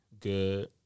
Good